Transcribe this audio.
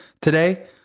today